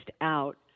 out